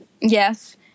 Yes